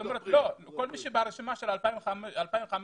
שברשימה של 2015,